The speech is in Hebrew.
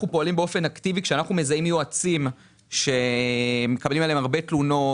אנחנו פועלים כשאנחנו מזהים יועצים שאנחנו מקבלים עליהם תלונות.